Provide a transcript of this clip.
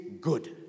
good